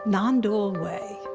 non-dual way